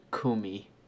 kumi